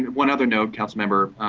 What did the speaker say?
one other note, councilmember.